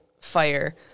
fire